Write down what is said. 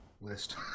list